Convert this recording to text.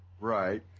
Right